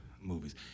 movies